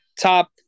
Top